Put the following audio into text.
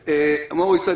מוריס,